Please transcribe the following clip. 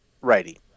righty